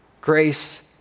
Grace